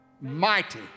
mighty